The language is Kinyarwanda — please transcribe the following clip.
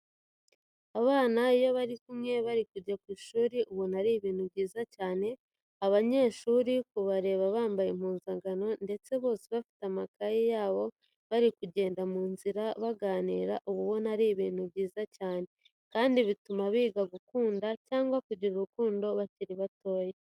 Abana iyo bari kumwe bari kujya ku ishuri ubona ari ibintu byiza cyane. Abanyeshuri kubareba bambaye impuzankano ndetse bose bafite amakayi yabo bari kugenda mu nzira baganira uba ubona ari ibitu byiza cyane kandi bituma biga gukunda cyangwa kugira urukundo bakiri batoya.